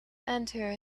enter